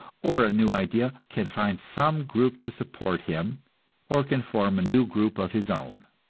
or a new idea, can find some group to support him or can form a new group of his own.